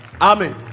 Amen